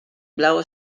blauwe